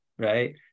Right